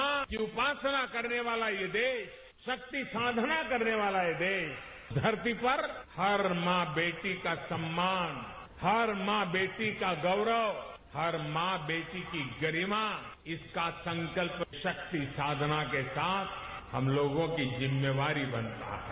मां की उपासना करने वाला ये देश शक्ति साधना करने वाला ये देश धरती पर हर मां बेटी का सम्मान हर मां बेटी का गौरव हर मां बेटी की गरिमा इसका संकल्पे शक्ति साधना के साथ हम लोगों की जिम्मेवारी बनता है